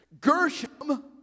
Gershom